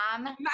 mom